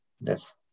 Yes